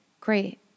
great